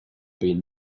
been